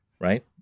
Right